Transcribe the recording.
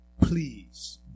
please